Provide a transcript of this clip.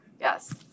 Yes